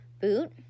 boot